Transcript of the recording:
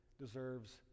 deserves